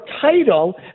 title